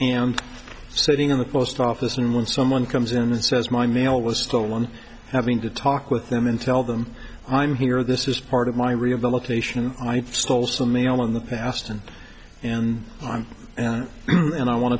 and sitting in the post office and when someone comes in and says my mail was stolen having to talk with them and tell them i'm here this is part of my rehabilitation i've sold so many on the past and on and i want